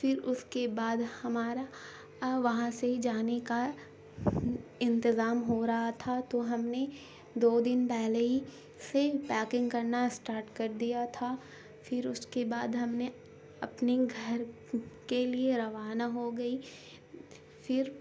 فھر اس کے بعد ہمارا وہاں سے ہی جانے کا انتظام ہو رہا تھا تو ہم نے دو دن پہلے ہی سے پیکنگ کرنا اسٹارٹ کر دیا تھا پھر اس کے بعد ہم نے اپنے گھر کے لیے روانہ ہو گئی فر